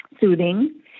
soothing